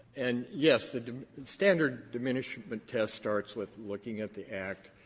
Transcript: and yes, the standard diminishment but test starts with looking at the act.